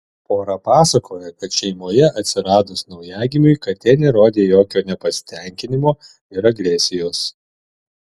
pora pasakoja kad šeimoje atsiradus naujagimiui katė nerodė jokio nepasitenkinimo ir agresijos